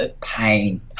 pain